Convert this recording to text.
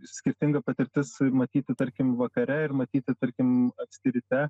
skirtinga patirtis matyti tarkim vakare ir matyti tarkim anksti ryte